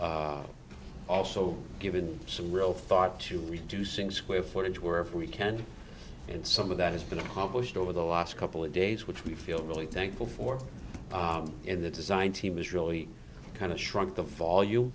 also given some real thought to reducing square footage were if we can and some of that has been accomplished over the last couple of days which we feel really thankful for in the design team has really kind of shrunk the volu